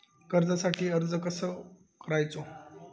कर्जासाठी अर्ज कसो करायचो?